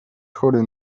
chory